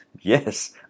yes